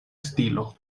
stilo